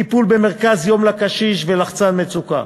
טיפול במרכז יום לקשיש ולחצן מצוקה.